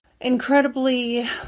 incredibly